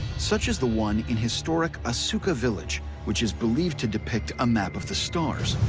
such as the one in historic asuka village, which is believed to depict a map of the stars.